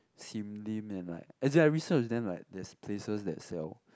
Sim Lim and like as in I research then like there's places that sell